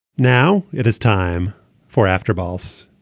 now it is time for after balls.